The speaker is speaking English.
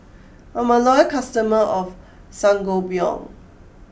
I'm a loyal customer of Sangobion